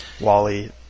Wally